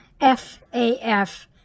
FAF